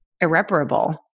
irreparable